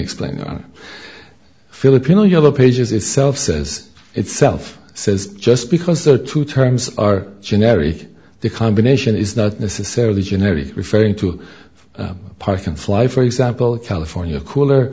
explain filipino yellow pages itself says itself says just because there are two terms are generic the combination is not necessarily generic referring to park and fly for example a california cooler